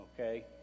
okay